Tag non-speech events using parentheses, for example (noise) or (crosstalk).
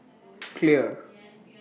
(noise) Clear